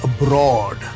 abroad